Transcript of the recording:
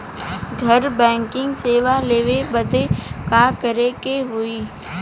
घर बैकिंग सेवा लेवे बदे का करे के होई?